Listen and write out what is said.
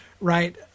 right